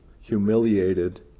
humiliated